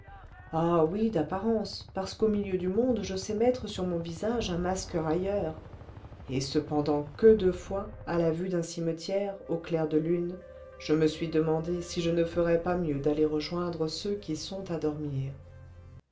ah oui d'apparence parce qu'au milieu du monde je sais mettre sur mon visage un masque railleur et cependant que de fois à la vue d'un cimetière au clair de lune je me suis demandé si je ne ferais pas mieux d'aller rejoindre ceux qui sont à dormir